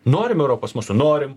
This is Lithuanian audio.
norim europos mūsų norim